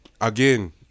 Again